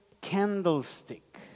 candlestick